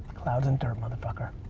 clouds and dirt mother fucker.